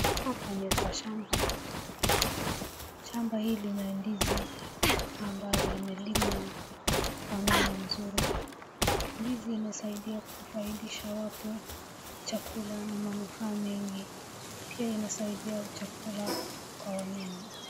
hapa ni kwa shamba, shamba hii ni la ndizi ambalo limelimwa kwa namna nzuri, ndizi inasaidia kufaidisha watu chakula na manufaa mengi, pia inasaidia chakula kwa wanyama .